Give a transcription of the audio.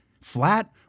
flat